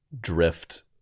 drift